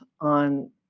on